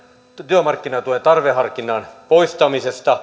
työmarkkinatuen tarveharkinnan poistamisesta